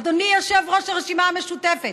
אדוני יושב-ראש הרשימה המשותפת,